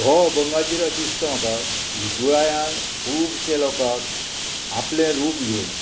हो अभंगाचेर अशें दिसता म्हाका विठुरायान खुबशे लोकांक आपले रूप घेवन